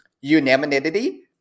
unanimity